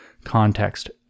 context